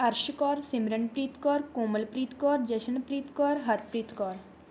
Arsh Kaur Simranpreet Kaur Komalpreet Kaur Jashanpreet Kaur Harpreet Kaur